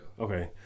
Okay